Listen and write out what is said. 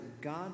God